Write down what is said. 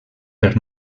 per